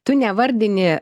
tu nevardinį